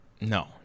No